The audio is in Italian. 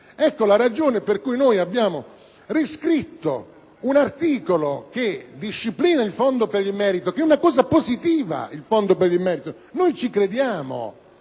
Ecco la ragione per cui noi abbiamo riscritto un articolo che disciplina il Fondo per il merito, che euna misura positiva a cui noi crediamo,